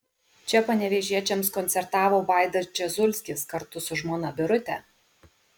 čia panevėžiečiams koncertavo vaidas dzežulskis kartu su žmona birute